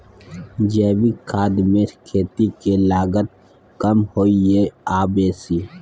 जैविक खाद मे खेती के लागत कम होय ये आ बेसी?